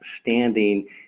standing